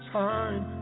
time